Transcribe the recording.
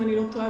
אם אני לא טועה,